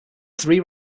three